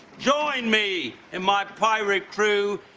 join me and my pirate crew.